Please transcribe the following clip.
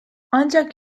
ancak